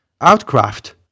Outcraft